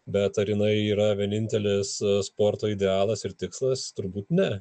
bet ar jinai yra vienintelis sporto idealas ir tikslas turbūt ne